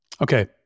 Okay